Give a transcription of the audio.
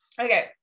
Okay